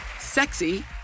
sexy